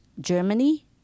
Germany